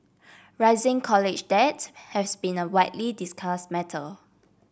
rising college debt has been a widely discuss matter